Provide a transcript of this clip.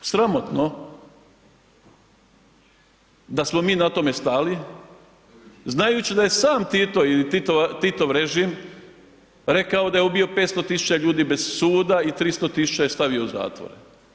Sramotno da smo mi na tome stali znajući da je sam Tito ili Titov režim rekao da je ubio 500 000 ljudi bez suda i 300 000 je stavio u zatvor.